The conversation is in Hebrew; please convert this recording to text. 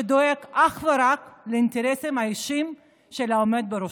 שדואג אך ורק לאינטרסים האישיים של העומד בראשו.